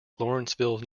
lawrenceville